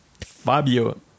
Fabio